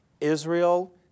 Israel